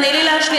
תני לי להשלים.